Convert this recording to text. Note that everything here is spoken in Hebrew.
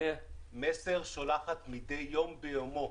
מסר שולחת מדי יום ביומו